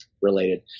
related